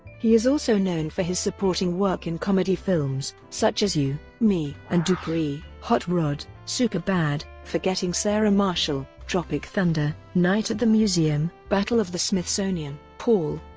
he is also known for his supporting work in comedy films, such as you, me and dupree, hot rod, superbad, forgetting sarah marshall, tropic thunder, night at the museum battle of the smithsonian, paul,